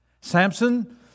Samson